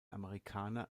amerikaner